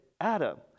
Adam